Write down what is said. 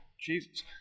Jesus